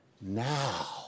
now